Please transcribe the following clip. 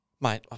Mate